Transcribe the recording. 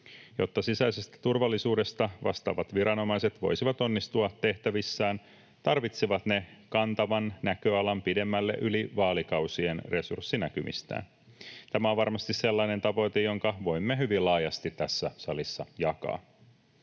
Jotta sisäisestä turvallisuudesta vastaavat viranomaiset voisivat onnistua tehtävissään, tarvitsevat ne kantavan näköalan pidemmälle yli vaalikausien resurssinäkymistään. Tämä on varmasti sellainen tavoite, jonka voimme hyvin laajasti tässä salissa jakaa.